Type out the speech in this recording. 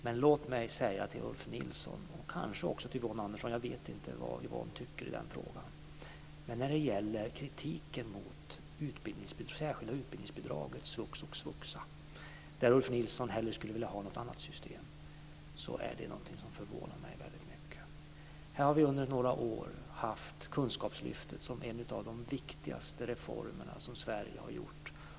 Men låt mig säga något till Ulf Nilsson, och kanske också till Yvonne Andersson - jag vet inte vad Yvonne tycker i den frågan - när det gäller kritiken mot det särskilda utbildningsbidraget svux och svuxa. Ulf Nilsson skulle hellre vilja ha något annat system. Detta är något som förvånar mig väldigt mycket. Här har vi under några år haft kunskapslyftet som en av de viktigaste reformer som Sverige har gjort.